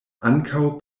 ankaŭ